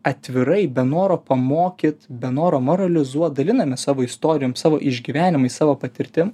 atvirai be noro pamokyt be noro moralizuot dalinamės savo istorijom savo išgyvenimais savo patirtim